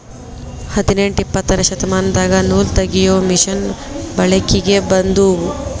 ಹದನೆಂಟ ಇಪ್ಪತ್ತನೆ ಶತಮಾನದಾಗ ನೂಲತಗಿಯು ಮಿಷನ್ ಬೆಳಕಿಗೆ ಬಂದುವ